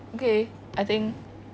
okay I think